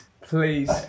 Please